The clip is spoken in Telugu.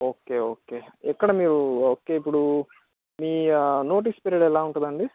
ఓకే ఓకే ఎక్కడ మీరు వర్క్ ఇప్పుడు మీ నోటిస్ పీరియడ్ ఎలా ఉంటుందండి